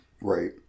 right